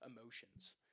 emotions